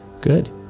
Good